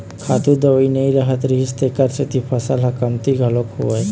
खातू दवई नइ रहत रिहिस तेखर सेती फसल ह कमती घलोक होवय